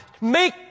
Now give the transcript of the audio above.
Make